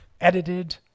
edited